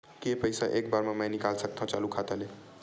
के पईसा एक बार मा मैं निकाल सकथव चालू खाता ले?